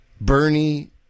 Bernie